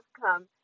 come